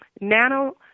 nano